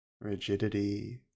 rigidity